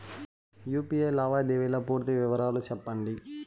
UPI లావాదేవీల పూర్తి వివరాలు సెప్పండి?